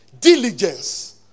diligence